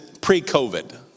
pre-COVID